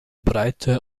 breite